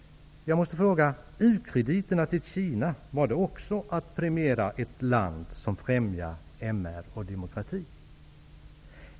Jag måste fråga när det gäller u-krediterna till Kina om det var att premiera ett land som främjar MR och demokratin.